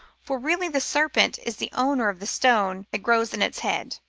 for really the serpent is the owner of the stone that grows in its head.